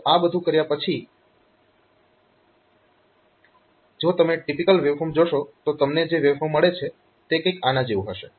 તો આ બધું કર્યા પછી જો તમે ટિપીકલ વેવફોર્મ જોશો તો તમને જે વેવફોર્મ મળે છે તે કંઈક આના જેવું હશે